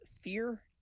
fear